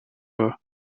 her